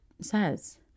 says